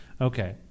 Okay